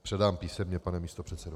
Předám písemně, pane místopředsedo.